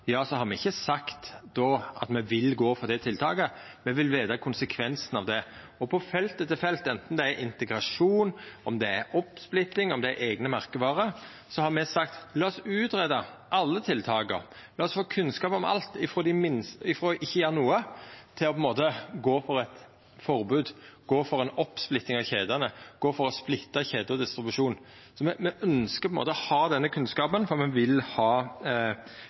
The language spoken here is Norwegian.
har me ikkje dermed sagt at me vil gå for det tiltaket, men me vil vita konsekvensen av det. På felt etter felt, anten det er integrasjon, oppsplitting eller eigne merkevarer, har me sagt: La oss greia ut alle tiltaka. La oss få kunnskap om alt – om frå ikkje å gjera noko til å gå for eit forbod, gå for ei oppsplitting av kjedene, gå for å splitte kjededistribusjonen. Me ønskjer å ha denne kunnskapen, for me vil ha